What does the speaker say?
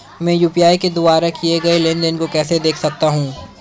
मैं यू.पी.आई के द्वारा किए गए लेनदेन को कैसे देख सकता हूं?